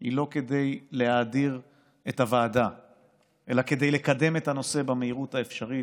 היא לא כדי להאדיר את הוועדה אלא כדי לקדם את הנושא במהירות האפשרית.